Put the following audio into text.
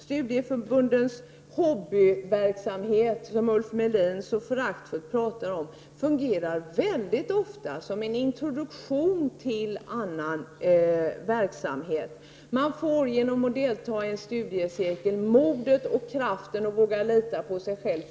Studieförbundens hobbyverksamhet, som Ulf Melin så föraktfullt talade om, fungerar väldigt ofta som en introduktion till annan verksamhet. Man får genom att delta i en studiecirkel modet och kraften att lita på sig själv.